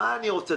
מה אני רוצה?